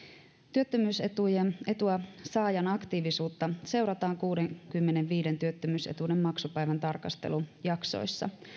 työttömyysetua saavan aktiivisuutta seurataan kuudenkymmenenviiden työttömyysetuuden maksupäivän tarkastelujaksoissa